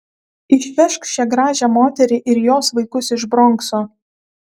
išvežk šią gražią moterį ir jos vaikus iš bronkso